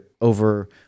over